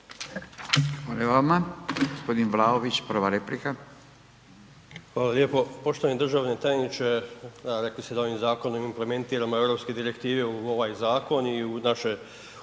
replika. **Vlaović, Davor (HSS)** Hvala lijepo. Poštovani državni tajniče, rekli ste da ovim zakonom implementiramo Europske direktive u ovaj zakon i u naše,